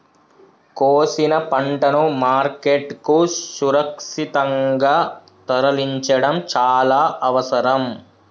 కోసిన పంటను మార్కెట్ కు సురక్షితంగా తరలించడం చాల అవసరం